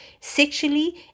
sexually